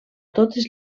totes